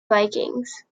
vikings